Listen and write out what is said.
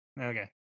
okay